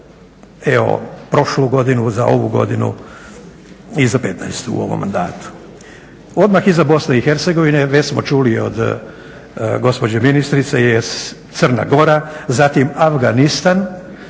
za prošlu godinu, ovu godinu i za 2015. u ovom mandatu. Odmah iza Bosne i Hercegovine već smo čuli od gospođe ministrice jest Crna Gora, zatim Afganistan